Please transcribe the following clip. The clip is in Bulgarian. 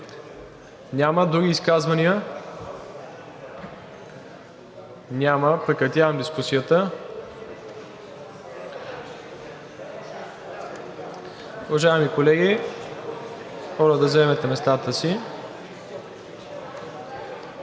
Няма. Други изказвания? Няма. Прекратявам дискусията. Уважаеми колеги, моля да заемете местата си.